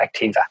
Activa